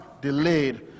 delayed